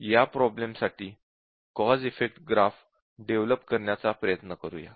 या प्रॉब्लेम साठी cause effect graph develop करण्याचा प्रयत्न करूया